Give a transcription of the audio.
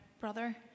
Brother